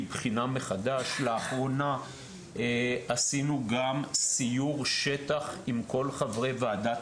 לאחרונה עשינו סיור שטח, עם כל חברי ועדת